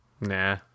Nah